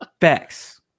Facts